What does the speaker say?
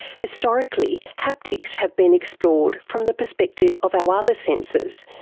historically, haptics have been explored from the perspective of our other senses,